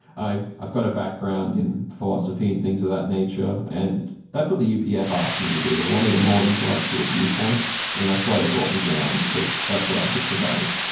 i've i've got a background in philosophy and things of that nature, and that's what the upf asked me to do. they wanted a more intellectual viewpoint and that's why they brought me down because that's what i could provide.